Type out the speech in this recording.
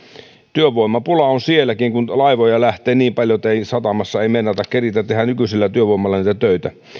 työvoimapula on sielläkin kun laivoja lähtee niin paljon että satamassa ei meinata keritä tehdä nykyisellä työvoimalla niitä töitä